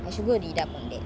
I should go read up on that